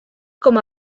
como